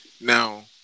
now